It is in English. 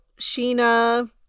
Sheena